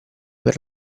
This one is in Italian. per